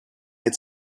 its